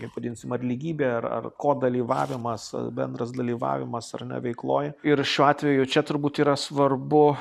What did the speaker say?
kaip vadinsim ar lygybė ar ar ko dalyvavimas bendras dalyvavimas ar ne veikloj ir šiuo atveju čia turbūt yra svarbu